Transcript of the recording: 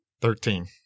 Thirteen